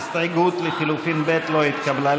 ההסתייגות לחלופין (ב) לא התקבלה.